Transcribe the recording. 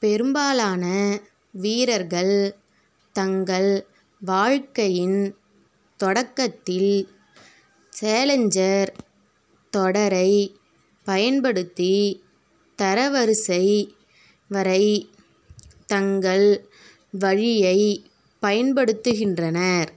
பெரும்பாலான வீரர்கள் தங்கள் வாழ்க்கையின் தொடக்கத்தில் சேலஞ்சர் தொடரைப் பயன்படுத்தி தரவரிசை வரை தங்கள் வழியைப் பயன்படுத்துகின்றனர்